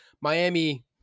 miami